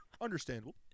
understandable